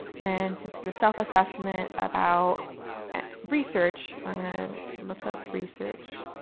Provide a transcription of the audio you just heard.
and since it's a self assessment about research, i'm going to look up research.